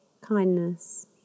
kindness